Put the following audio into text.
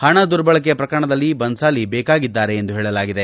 ಹಣ ದುರ್ಬಳಕೆ ಪ್ರಕರಣದಲ್ಲಿ ಭನ್ನಾಲಿ ಬೇಕಾಗಿದ್ದಾರೆ ಎಂದು ಹೇಳಲಾಗಿದೆ